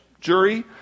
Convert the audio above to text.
jury